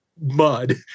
mud